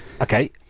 Okay